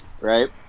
right